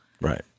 Right